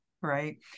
right